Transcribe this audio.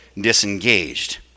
disengaged